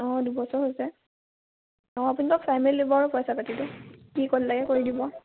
অঁ দুবছৰ হৈছে অঁ আপুনি অলপ চাই মেলি দিব পইছা পাতিটো কি ক'ত লাগে কৰি দিব